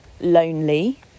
lonely